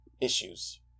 issues